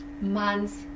months